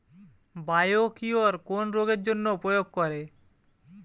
Biocure কোন রোগেরজন্য প্রয়োগ করে?